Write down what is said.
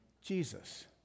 Jesus